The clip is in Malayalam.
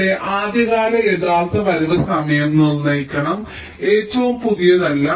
ഇവിടെ ആദ്യകാല യഥാർത്ഥ വരവ് സമയം നിർണ്ണയിക്കണം ഏറ്റവും പുതിയതല്ല